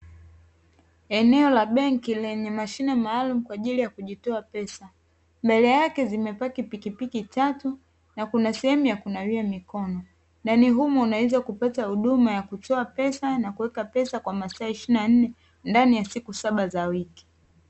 Eneo la benki lenye mashine maalumu kwa ajili ya kutoa pesa. Mbele yake zimepaki pikipiki tatu na kuna sehemu ya kunawia mikono. Ndani humo unaweza kupata huduma ya kutoa pesa na kuweka pesa kwa masaa ishirini na nne ndani ya siku saba za wiki.